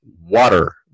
water